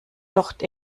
docht